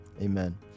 Amen